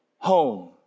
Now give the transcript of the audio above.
home